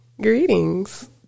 Greetings